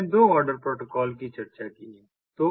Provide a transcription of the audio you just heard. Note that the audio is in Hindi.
हमने दो ऑर्डर प्रोटोकॉल कि चर्चा की है